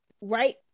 right